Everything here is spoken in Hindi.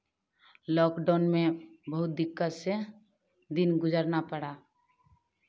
लॉकडाउन में बहुत दिक्कत से दिन गुज़ारना पड़ा